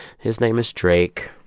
his name is drake,